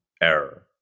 error